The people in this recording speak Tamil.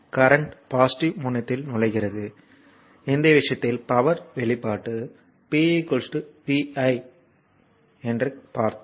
கரண்ட் பாசிட்டிவ் முனையத்தில் நுழைகிறது இந்த விஷயத்தில் பவர் வெளிப்பாடு p v i ஐ கணக்கிடும்